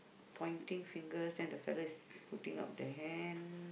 pointing fingers then the fellow is putting up the hand